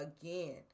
again